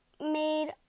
made